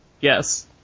Yes